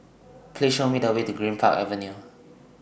Please Show Me The Way to Greenpark Avenue